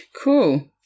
Cool